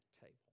table